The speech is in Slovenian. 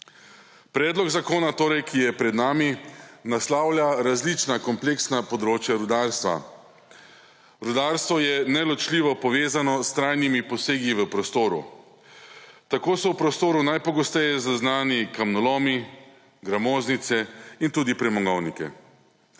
Predlog zakona torej, ki je pred nami, naslavlja različna kompleksna področja rudarstva. Rudarstvo je neločljivo povezano s trajnimi posegi v prostoru. Tako so v prostoru najpogosteje zaznani kamnolomi, gramoznice in tudi premogovnike,